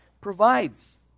provides